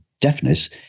deafness